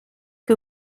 que